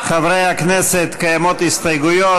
חברי הכנסת, קיימות הסתייגויות.